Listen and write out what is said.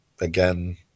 again